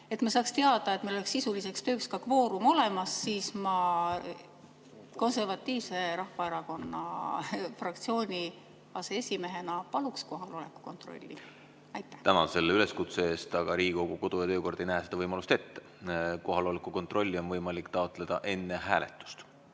et ma saaks teada, et meil on sisuliseks tööks ka kvoorum olemas, siis ma Konservatiivse Rahvaerakonna fraktsiooni aseesimehena palun teha kohaloleku kontrolli. Tänan selle üleskutse eest, aga Riigikogu kodu‑ ja töökord ei näe seda võimalust ette. Kohaloleku kontrolli on võimalik taotleda enne hääletust.